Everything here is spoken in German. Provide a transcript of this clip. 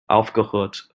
aufgehört